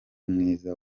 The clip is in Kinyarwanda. mwiza